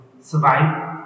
survive